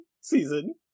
season